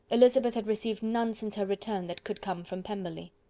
elizabeth had received none since her return that could come from pemberley.